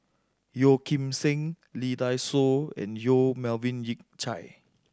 Yeo Kim Seng Lee Dai Soh and Yong Melvin Yik Chye